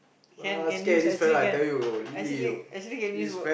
can can use actually can actually actually can use what